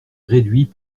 réduits